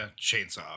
chainsaw